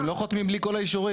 לא חותמים בלי כל האישורים.